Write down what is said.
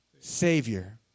Savior